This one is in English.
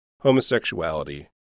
Homosexuality